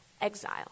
exile